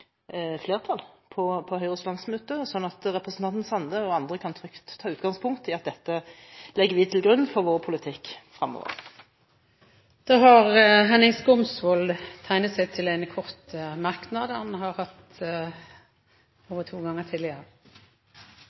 på Høyres landsmøte, så representanten Sande og andre kan trygt ta utgangspunkt i at dette er det vi legger til grunn for vår politikk fremover. Representanten Henning Skumsvoll har hatt ordet to ganger tidligere i debatten, og får ordet til en kort merknad,